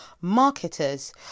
marketers